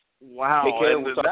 Wow